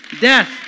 death